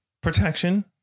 protection